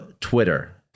twitter